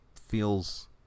feels